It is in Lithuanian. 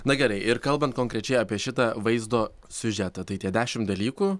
na gerai ir kalbant konkrečiai apie šitą vaizdo siužetą tai tie dešimt dalykų